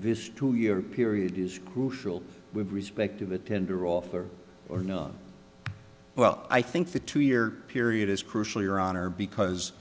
this two year period is crucial with respect to the tender offer or not well i think the two year period is crucial your honor because